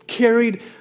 carried